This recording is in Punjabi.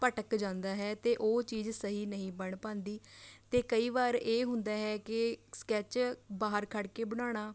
ਭਟਕ ਜਾਂਦਾ ਹੈ ਅਤੇ ਉਹ ਚੀਜ਼ ਸਹੀ ਨਹੀਂ ਬਣ ਪਾਉਂਦੀ ਅਤੇ ਕਈ ਵਾਰ ਇਹ ਹੁੰਦਾ ਹੈ ਕਿ ਸਕੈੱਚ ਬਾਹਰ ਖੜ੍ਹ ਕੇ ਬਣਾਉਣਾ